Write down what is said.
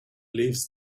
leaves